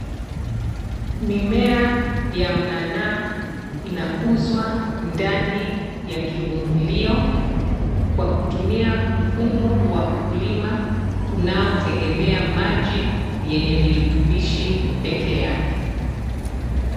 Mimea ya mnanaa inakuzwa ndani ya kivungulio, kwa kutumia mfumo wa ukulima unaotegemea maji yenye virutubishi pekeake.